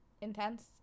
intense